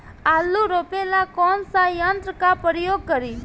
आलू रोपे ला कौन सा यंत्र का प्रयोग करी?